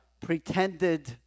pretended